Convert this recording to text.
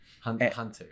Hunter